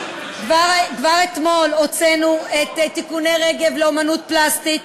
כבר אתמול הוצאנו את תיקוני רגב לאמנות פלסטית,